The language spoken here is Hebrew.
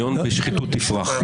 ציון בשחיתות תפרח.